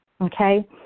Okay